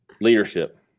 leadership